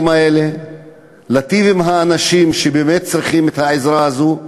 האלה ולהיטיב עם האנשים שבאמת צריכים את העזרה הזאת.